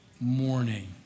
morning